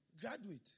graduate